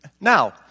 Now